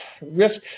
risk